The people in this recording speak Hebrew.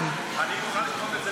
אני מוכן לדחות את זה בשבוע,